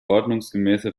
ordnungsgemäße